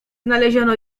znaleziono